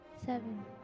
Seven